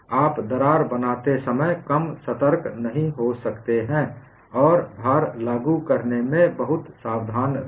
आप दरार बनाते समय कम सतर्क नहीं हो सकते हैं और भार लागू करने में बहुत सावधान रहें